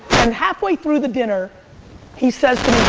and halfway through the dinner he says